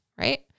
right